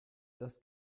das